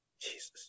Jesus